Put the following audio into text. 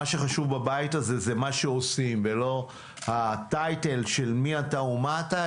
מה שחשוב בבית הזה זה מה שעושים ולא הטייטל של מי אתה ומה אתה,